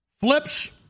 flips